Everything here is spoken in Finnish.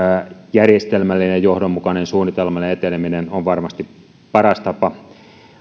järjestelmällinen ja johdonmukainen suunnitelmallinen eteneminen on varmasti paras tapa